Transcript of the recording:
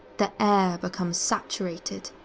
the air becomes saturated,